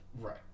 Right